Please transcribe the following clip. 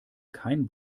kein